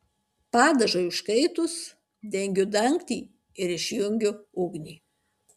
padažui užkaitus dengiu dangtį ir išjungiu ugnį